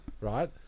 right